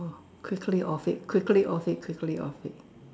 oh quickly off it quickly off it quickly off it